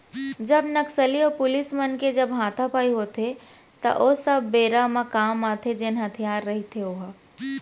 जब नक्सली अऊ पुलिस मन के जब हातापाई होथे त ओ सब बेरा म काम आथे जेन हथियार रहिथे ओहा